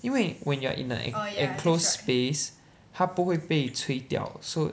因为 when you're in an en~ enclosed space 它不会被吹掉 so